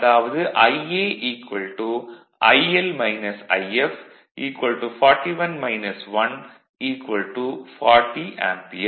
அதாவது Ia IL If 41 1 40 ampere